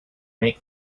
make